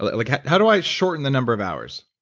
like how how do i shorten the number of hours?